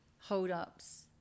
Hold-ups